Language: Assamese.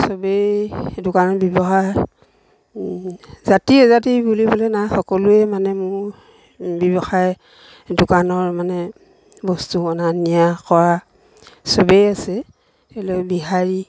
চবেই দোকানৰ ব্যৱসায় জাতি অজাতি বুলিবলৈ নাই সকলোৱে মানে মোৰ ব্যৱসায় দোকানৰ মানে বস্তু অনা নিয়া কৰা চবেই আছে বিহাৰী